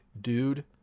dude